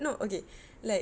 no okay like